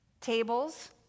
tables